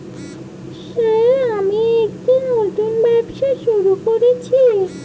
Sir আমি একটি নতুন ব্যবসা শুরু করেছি?